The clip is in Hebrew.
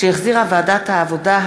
שהחזירה ועדת העבודה,